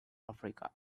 africa